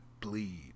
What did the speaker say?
bleed